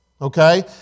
Okay